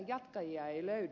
jatkajia ei löydy